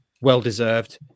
Well-deserved